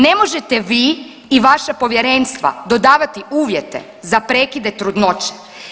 Ne možete vi i vaša povjerenstva dodavati uvjete za prekide trudnoće.